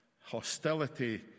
hostility